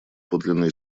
подлинный